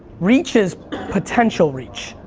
reach is potential reach,